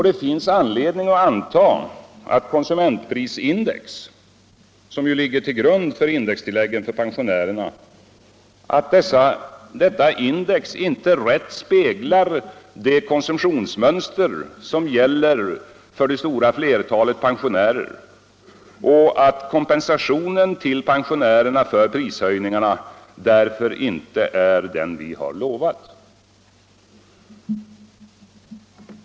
Det finns anledning att anta att konsumentprisindex — som ju ligger till grund för indextilläggen för pensionärerna — inte rätt speglar det konsumtionsmönster som gäller för det stora flertalet pensionärer och att kompensationen till dem för prishöjningarna inte är den vi har lovat.